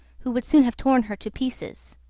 who would soon have torn her to pieces.